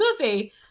movie